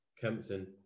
Kempton